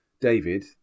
David